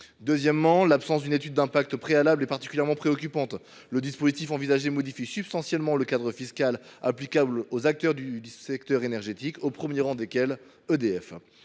Ensuite, l’absence d’une étude d’impact préalable est particulièrement préoccupante. Le dispositif envisagé modifie substantiellement le cadre fiscal applicable aux acteurs du secteur énergétique, au premier rang desquels EDF.